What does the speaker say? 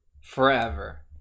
forever